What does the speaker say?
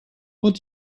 what